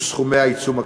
וסכומי העיצום הכספי.